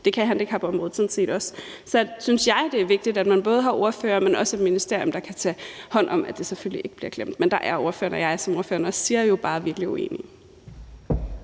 det kan handicapområdet sådan set også – synes jeg, at det er vigtigt, at man både har ordførere, men også et ministerium, der kan tage hånd om, at det selvfølgelig ikke bliver glemt. Men der er ordføreren og jeg, sådan som ordføreren også siger, bare virkelig uenige.